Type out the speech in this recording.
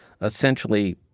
essentially